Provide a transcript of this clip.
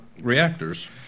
reactors